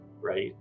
right